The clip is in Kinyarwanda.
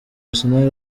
arsenal